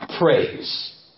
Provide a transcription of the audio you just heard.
praise